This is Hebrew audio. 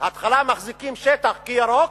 בהתחלה מחזיקים שטח כירוק,